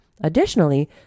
Additionally